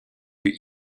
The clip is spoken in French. vue